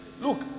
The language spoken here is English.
Look